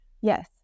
Yes